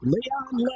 Leon